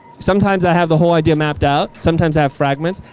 sometimes i have the whole idea mapped out. sometimes i have fragments.